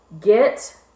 get